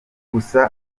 gusa